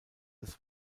des